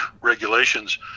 regulations